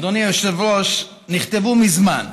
אדוני היושב-ראש, נכתבו מזמן,